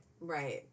Right